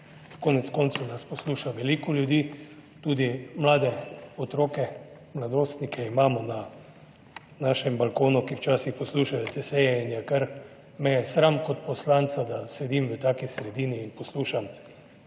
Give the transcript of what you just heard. Konec koncev nas posluša veliko ljudi, tudi mlade, otroke, mladostnike imamo na našem balkonu, ki včasih poslušajo te seje in je, kar, me je sram, kot poslanca, da sedim v taki sredini in poslušam tako